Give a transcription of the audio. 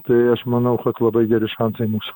tai aš manau kad labai geri šansai mūsų